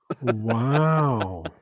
Wow